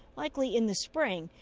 likely in the spring,